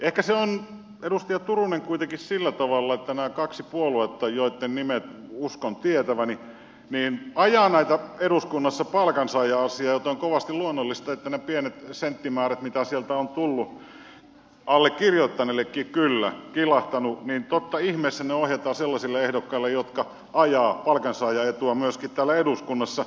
ehkä se on edustaja turunen kuitenkin sillä tavalla että nämä kaksi puoluetta joitten nimet uskon tietäväni ajavat eduskunnassa palkansaaja asiaa joten totta ihmeessä ne pienet senttimäärät mitä sieltä on tullut allekirjoittaneellekin on kyllä kilahtanut ohjataan sellaisille ehdokkaille jotka ajavat palkansaajaetua myöskin täällä eduskunnassa